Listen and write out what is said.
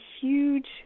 huge